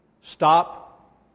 Stop